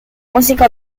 música